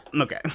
okay